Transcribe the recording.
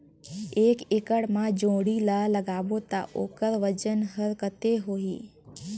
एक एकड़ मा जोणी ला लगाबो ता ओकर वजन हर कते होही?